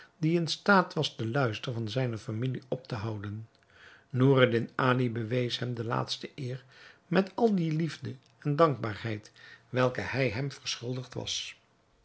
die in staat was den luister van zijne familie op te houden noureddin ali bewees hem de laatste eer met al die liefde en dankbaarheid welke hij hem verschuldigd was